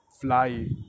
fly